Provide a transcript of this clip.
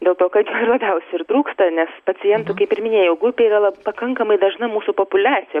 dėl to kad jo ir labiausiai ir trūksta nes pacientų kaip ir minėjau grupė yra lab pakankamai dažna mūsų populiacija